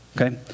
okay